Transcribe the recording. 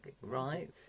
right